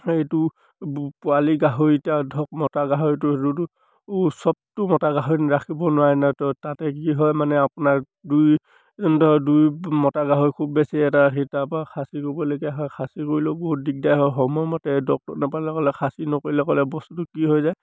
এইটো পোৱালি গাহৰিত আৰু ধৰক মতা গাহৰিটো চবটো মতা গাহৰি ৰাখিব নোৱাৰে নাই নাইতো তাতে কি হয় মানে আপোনাৰ দুই ধৰ দুই মতা গাহৰি খুব বেছি এটা সেই তাৰপৰা খাচী কৰিবলগীয়া হয় খাচী কৰিলেও বহুত দিগদাৰ হয় সময়মতে ডক্তৰ নাপালে ক'লে খাচী নকৰিলে ক'লে বস্তুটো কি হৈ যায়